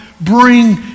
bring